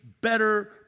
better